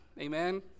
Amen